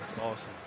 awesome